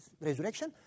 resurrection